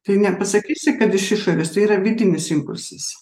tai nepasakysi kad iš išorės tai yra vidinis impulsas